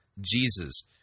Jesus